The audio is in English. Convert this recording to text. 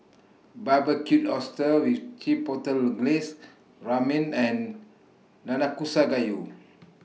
Barbecued Oysters with Chipotle Glaze Ramen and Nanakusa Gayu